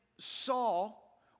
Saul